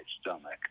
stomach